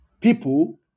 people